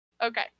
okay